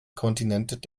kontinent